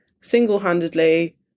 single-handedly